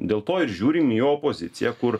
dėl to ir žiūrim į opoziciją kur